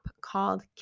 called